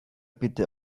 bitte